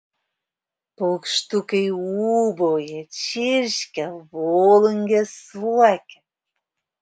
paukštukai ūbauja čirškia volungės suokia